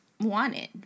wanted